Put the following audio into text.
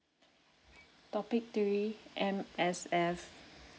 topic three M_S_F